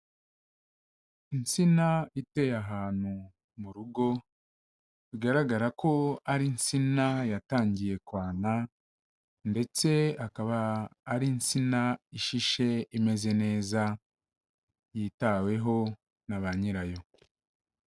Insina iteye ahantu mu rugo bigaragara ko ari insina yatangiye kwana ndetse akaba ari insina ishishe imeze neza, yitaweho na ba nyirayo.